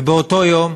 ובאותו יום,